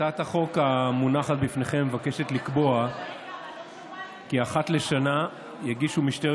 החוק המונחת בפניכם מבקשת לקבוע כי אחת לשנה יגישו משטרת